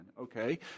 okay